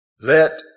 Let